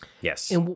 Yes